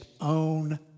own